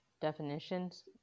definitions